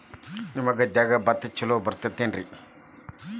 ನಿಮ್ಮ ಗದ್ಯಾಗ ಭತ್ತ ಛಲೋ ಬರ್ತೇತೇನ್ರಿ?